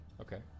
Okay